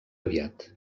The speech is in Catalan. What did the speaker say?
aviat